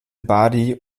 bari